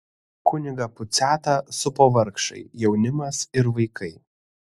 kunigą puciatą supo vargšai jaunimas ir vaikai